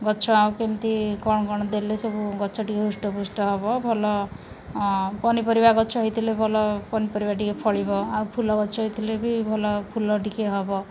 ଗଛ ଆଉ କେମିତି କ'ଣ କ'ଣ ଦେଲେ ସବୁ ଗଛ ଟିକେ ହୃଷ୍ଟ ପୃଷ୍ଟ ହେବ ଭଲ ପନିପରିବା ଗଛ ହେଇଥିଲେ ଭଲ ପନିପରିବା ଟିକେ ଫଳିବ ଆଉ ଫୁଲ ଗଛ ହେଇଥିଲେ ବି ଭଲ ଫୁଲ ଟିକେ ହେବ